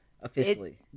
officially